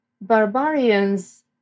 barbarians